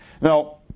Now